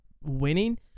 winning